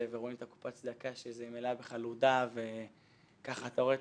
ורואים את קופת הצדקה שהיא מלאה בחלודה וככה אתה רואה את